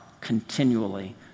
continually